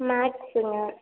மேக்ஸுங்க